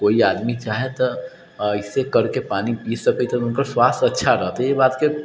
कोइ आदमी चाहे तऽ एहिसँ करिके पानि पी सकै छै हुनकर स्वास्थ्य अच्छा रहतै एहि बातके